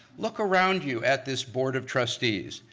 look around you at this board of trustees.